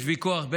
יש ויכוח,